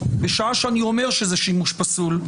בשעה שאני אומר שזה שימוש פסול,